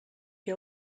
que